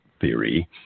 theory